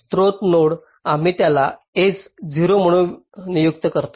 स्त्रोत नोड आम्ही त्याला s 0 म्हणून नियुक्त करतो